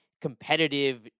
competitive